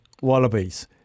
wallabies